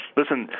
listen